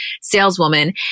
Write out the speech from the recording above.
saleswoman